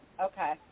Okay